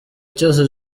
cyose